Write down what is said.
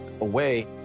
away